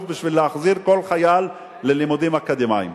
בשביל להחזיר כל חייל ללימודים אקדמיים.